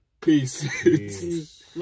Peace